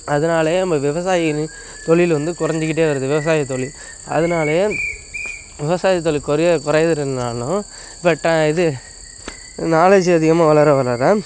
அதனாலயே நம்ப விவசாயி தொழிலு வந்து குறஞ்சிக்கிட்டே வருது விவசாயத் தொழில் அதனாலயே விவசாயத் தொழில் குறைய குறையறதுனாலும் பட் இது நாலேஜு அதிகமாக வளர வளர